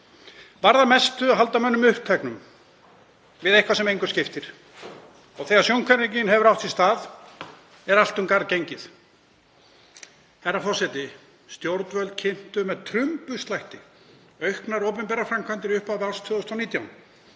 varðar mestu að halda mönnum uppteknum við eitthvað sem engu skiptir og þegar sjónhverfingin hefur átt sér stað er allt um garð gengið. Herra forseti. Stjórnvöld kynntu með trumbuslætti auknar opinberar framkvæmdir í upphafi árs 2019